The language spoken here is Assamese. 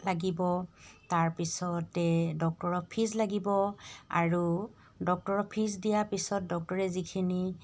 লাগিব তাৰপিছতে ডক্তৰৰ ফিজ লাগিব আৰু ডক্টৰৰ ফিজ দিয়া পিছত ডক্টৰে যিখিনি